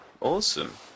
awesome